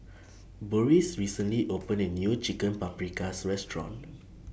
Boris recently opened A New Chicken Paprikas Restaurant